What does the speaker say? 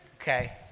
Okay